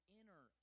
inner